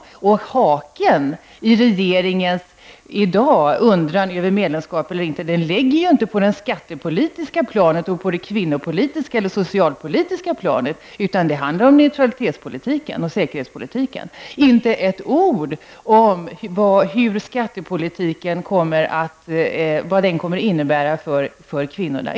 Haken i regeringens undran i dag över medlemskap eller inte ligger ju inte på det skattepolitiska planet, det kvinnopolitiska eller det socialpolitiska planet, utan det handlar om neutralitetspolitiken och säkerhetspolitiken. Inte ett ord om vad skattepolitiken kommer att innebära för kvinnorna.